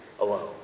alone